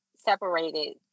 separated